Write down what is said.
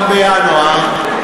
גם מינואר,